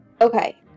Okay